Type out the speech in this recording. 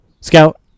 Scout